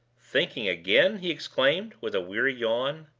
thinking again! he exclaimed, with a weary yawn.